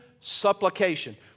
supplication